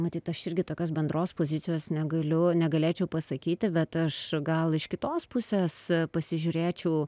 matyt aš irgi tokios bendros pozicijos negaliu negalėčiau pasakyti bet aš gal iš kitos pusės pasižiūrėčiau